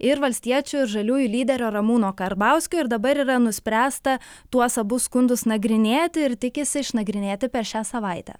ir valstiečių ir žaliųjų lyderio ramūno karbauskio ir dabar yra nuspręsta tuos abu skundus nagrinėti ir tikisi išnagrinėti per šią savaitę